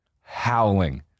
howling